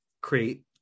create